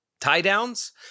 tie-downs